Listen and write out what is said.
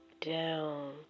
down